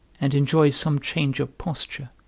and enjoy some change of posture.